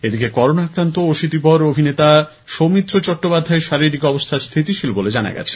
এদিকে করোনা আক্রান্ত অশীতিপর অভিনেতা সৌমিত্র চট্টোপাধ্যায়ের শারীরিক অবস্হা স্হিতিশীল বলে জানা গেছে